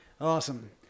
awesome